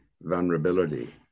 vulnerability